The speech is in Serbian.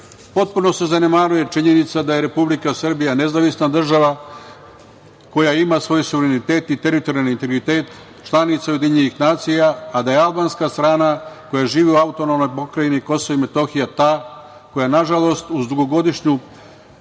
dalje. Potpuno se zanemaruje činjenica da je Republika Srbija nezavisna država koja ima svoj suverenitet i teritorijalni integritet, članica Ujedinjenih nacija, a da je albanska strana koja živi u AP Kosovo i Metohija ta koja nažalost uz dugogodišnju